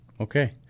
Okay